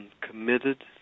committed